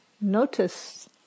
notice